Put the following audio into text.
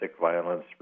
violence